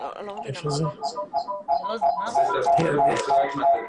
האם הוא הורחב כך שהוא יוכל לקלוט גם את הביוב של הכפרים שמסביב לשכם.